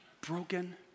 broken